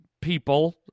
people